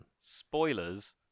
spoilers